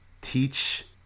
teach